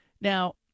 Now